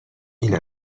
این